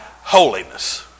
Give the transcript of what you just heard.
Holiness